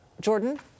jordan